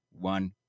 one